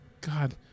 God